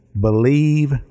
Believe